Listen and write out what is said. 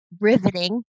riveting